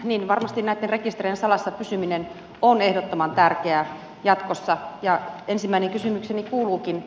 niin varmasti näitten rekisterien salassa pysyminen on ehdottoman tärkeää jatkossa ja ensimmäinen kysymykseni kuuluukin